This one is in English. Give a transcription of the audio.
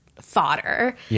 fodder